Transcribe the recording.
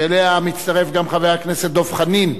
שאליה מצטרף גם חבר הכנסת דב חנין,